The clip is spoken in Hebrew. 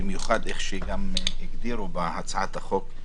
במיוחד כפי שהגדירו בהצעת החוק,